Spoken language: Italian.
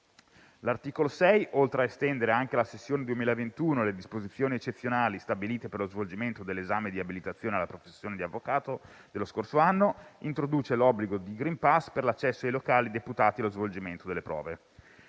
L'articolo 6, oltre a estendere anche alla sessione 2021 le disposizioni eccezionali stabilite per lo svolgimento dell'esame di abilitazione alla professione di avvocato dello scorso anno, introduce l'obbligo di *green pass* per l'accesso ai locali deputati allo svolgimento delle prove.